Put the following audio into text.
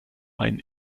ein